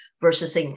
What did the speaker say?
Versus